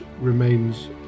remains